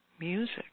music